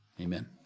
Amen